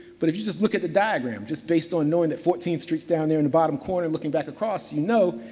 but, if you just look at the diagram, just based on knowing that fourteenth street's down there in the bottom corner, looking back across, you know,